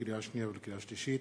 לקריאה שנייה ולקריאה שלישית,